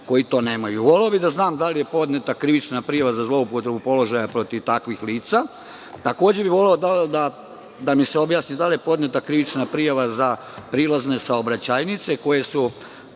koji to nemaju. Voleo bih da znam da li je podneta krivična prijava za zloupotrebu položaja protiv takvih lica? Takođe, voleo bih da mi se objasni da li je podneta krivična prijava za prilazne saobraćajnice koje se